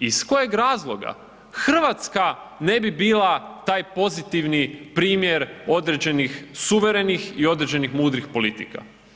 iz kojeg razloga Hrvatska ne bi bila taj pozitivni primjer određenih suverenih i određenih mudrih politika?